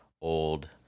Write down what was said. old